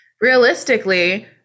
realistically